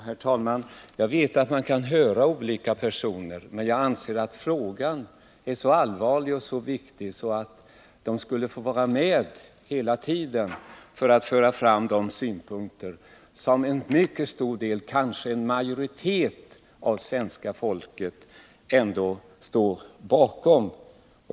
Herr talman! Jag vet att kommittén har möjlighet att höra olika grupper, men jag anser att denna fråga är så allvarlig och viktig att företrädare för opinionen borde få vara med hela tiden för att föra fram de synpunkter som en mycket stor del, kanske en majoritet, av svenska folket ändå står bakom.